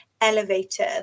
elevator